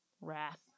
wrath